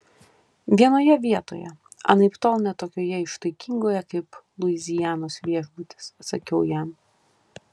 vienoje vietoje anaiptol ne tokioje ištaigingoje kaip luizianos viešbutis atsakiau jam